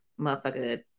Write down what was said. motherfucker